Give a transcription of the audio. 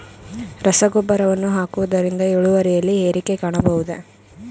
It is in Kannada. ರಸಗೊಬ್ಬರವನ್ನು ಹಾಕುವುದರಿಂದ ಇಳುವರಿಯಲ್ಲಿ ಏರಿಕೆ ಕಾಣಬಹುದೇ?